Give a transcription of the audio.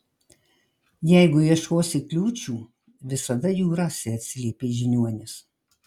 jeigu ieškosi kliūčių visada jų rasi atsiliepė žiniuonis